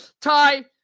Ty